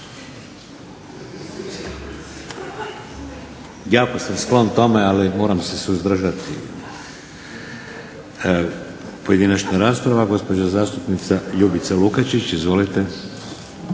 jako sam sklon tome ali moram se suzdržati. Pojedinačna rasprava. Gospođa zastupnica Ljubica Lukačić, izvolite.